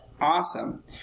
Awesome